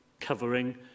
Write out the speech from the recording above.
covering